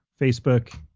Facebook